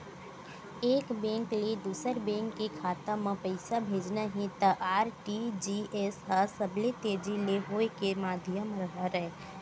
एक बेंक ले दूसर बेंक के खाता म पइसा भेजना हे त आर.टी.जी.एस ह सबले तेजी ले होए के माधियम हरय